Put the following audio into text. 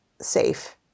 safe